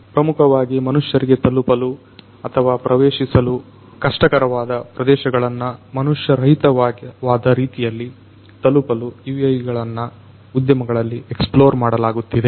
ಪ್ರಮುಖವಾಗಿ ಮನುಷ್ಯರಿಗೆ ತಲುಪಲು ಅಥವಾ ಪ್ರವೇಶಿಸಲು ಕಷ್ಟಕರವಾದ ಪ್ರದೇಶಗಳನ್ನು ಮನುಷ್ಯರಹಿತವಾದ ರೀತಿಯಲ್ಲಿ ತಲುಪಲು UAV ಗಳನ್ನು ಉದ್ಯಮಗಳಲ್ಲಿ ಎಕ್ಸ್ಪ್ಲೋರ್ ಮಾಡಲಾಗುತ್ತಿದೆ